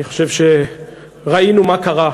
אני חושב שראינו מה קרה.